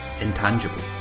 intangible